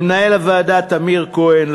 למנהל הוועדה טמיר כהן,